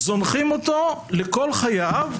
זונחים אותו לכל חייו,